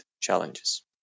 challenges